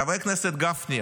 חבר הכנסת גפני,